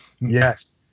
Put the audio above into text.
Yes